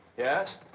yes,